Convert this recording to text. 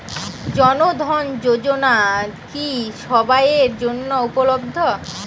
জন ধন যোজনা কি সবায়ের জন্য উপলব্ধ?